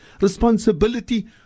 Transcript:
responsibility